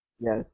Yes